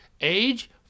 Age